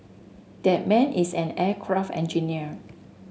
that man is an aircraft engineer